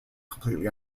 completely